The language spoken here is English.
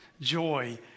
Joy